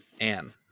Anne